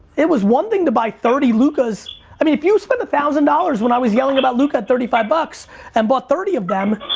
it was one thing to buy thirty lukas. i mean if you spend one thousand dollars when i was yelling about luka at thirty five bucks and bought thirty of them,